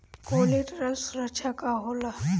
Collateral सुरक्षा का होला?